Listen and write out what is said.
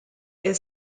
est